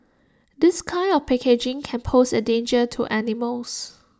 this kind of packaging can pose A danger to animals